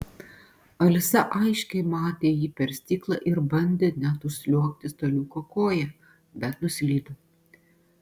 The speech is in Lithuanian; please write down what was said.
alisa aiškiai matė jį per stiklą ir bandė net užsliuogti staliuko koja bet nuslydo